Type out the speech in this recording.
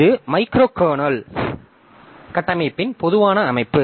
இது micro kernel கட்டமைப்பின் பொதுவான அமைப்பு